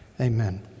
amen